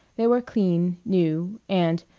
they were clean, new, and,